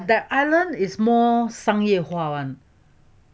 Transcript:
that island is more 商业化 [one]